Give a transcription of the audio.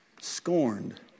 scorned